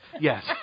Yes